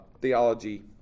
theology